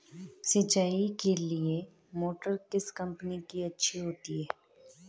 सिंचाई के लिए मोटर किस कंपनी की अच्छी है?